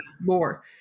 more